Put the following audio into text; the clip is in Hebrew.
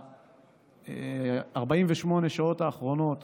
שב-48 השעות האחרונות